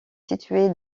située